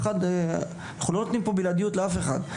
אנחנו לא נותנים בלעדיות לאף אחד.